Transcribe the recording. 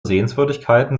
sehenswürdigkeiten